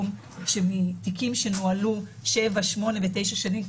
השונים תיקים כלכליים רחבי היקף שנשמעים בשנים האחרונות בבתי המשפט בארץ